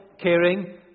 caring